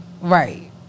Right